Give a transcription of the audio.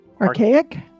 Archaic